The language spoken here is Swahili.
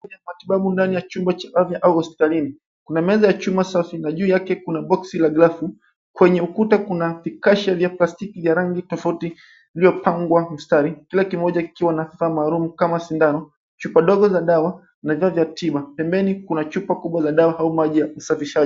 Kwenye matibabu ndani ya chumba cha afya au hospitalini. Kuna meza ya chuma safi na juu yake kuna boksi la glavu. Kwenye ukuta kuna vikasha vya plastiki vya rangi tofauti vilivyopangwa mstari, kila kimoja kikiwa na vifaa maalum kama sindano, chupa ndogo za dawa na vifaa vya tiba. Pembeni kuna chupa kubwa za dawa au maji ya usafishaji.